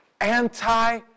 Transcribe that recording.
anti